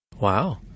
Wow